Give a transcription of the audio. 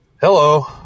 Hello